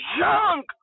young